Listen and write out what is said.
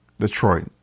Detroit